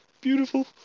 Beautiful